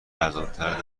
ارزانتر